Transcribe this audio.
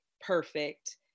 perfect